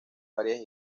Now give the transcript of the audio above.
varias